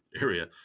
area